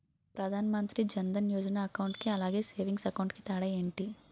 Pradhan Mantri Jan Dhan Yojana account కి అలాగే savings account కి తేడా ఏంటి?